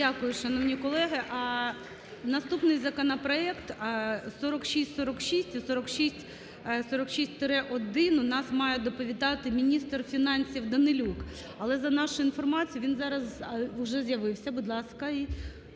Дякую, шановні колеги. Наступний законопроект 4646 і 4646-1 у нас має доповідати міністр фінансів Данилюк. Але за нашою інформацією, він зараз… Уже з'явився, будь ласка.